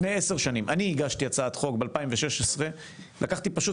אני הגשתי הצעת חוק בשנת 2016 לקחתי את